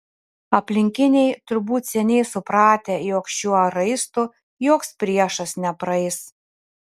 aplinkiniai turbūt seniai supratę jog šiuo raistu joks priešas nepraeis